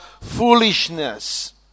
foolishness